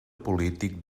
polític